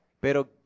pero